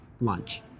lunch